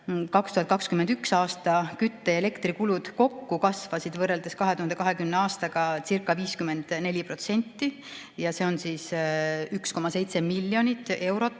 2021. aasta kütte- ja elektrikulud kokku kasvasid võrreldes 2020. aastagacirca54%, mis on 1,7 miljonit eurot.